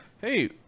hey